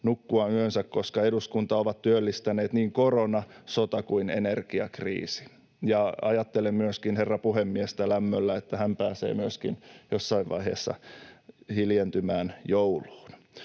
nukkua yönsä, koska eduskuntaa ovat työllistäneet niin korona, sota kuin energiakriisi. Ja ajattelen myöskin herra puhemiestä lämmöllä, että hän pääsee myöskin jossain vaiheessa hiljentymään jouluun.